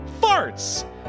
Farts